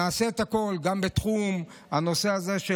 נעשה את הכול גם בתחום הנושא הזה של